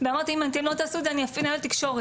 ואמרתי אם לא תעשו את זה אני אפנה לתקשורת,